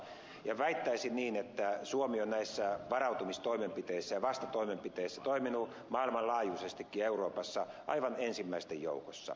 ja väittäisin niin että suomi on näissä varautumistoimenpiteissä ja vastatoimenpiteissä toiminut maailmanlaajuisestikin ja euroopassa aivan ensimmäisten joukossa